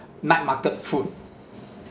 night market food